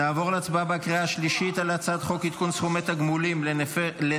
נעבור להצבעה בקריאה השלישית על הצעת חוק עדכון סכומי תגמולים לנכי